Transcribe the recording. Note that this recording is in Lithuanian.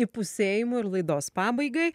įpusėjimui ir laidos pabaigai